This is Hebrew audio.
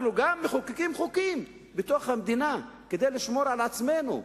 אנחנו גם מחוקקים חוקים בתוך המדינה כדי לשמור על עצמנו.